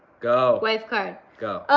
go. wife card. go.